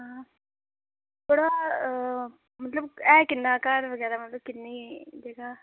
हां पढ़वाल मतलब ऐ कि'न्ना गै घर बगैरा मतलब कि'न्नी जगहा